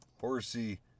horsey